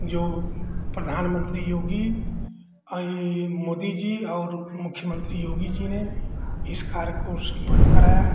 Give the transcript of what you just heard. जो प्रधानमंत्री योगी और ये मोदी जी और मुख्यमंत्री योगी जी ने इस कार्य को सम्पन्न कराया